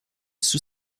sous